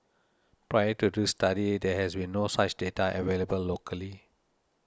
prior to this study there has been no such data available locally